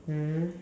mm